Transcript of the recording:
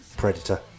Predator